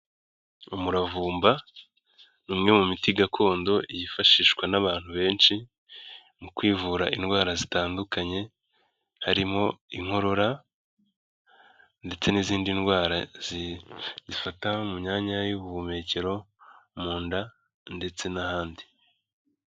Umuravumba ni umwe mu miti gakondo yifashishwa n'abantu benshi mu kwivura indwara zitandukanye, harimo inkorora ndetse n'izindi ndwara zifata mu myanya y'ubuhumekero, mu nda ndetse n'ahandi.